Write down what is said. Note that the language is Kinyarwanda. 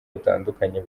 butandukanye